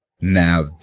Now